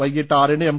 വൈകീട്ട് ആറിന് എം